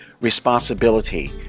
responsibility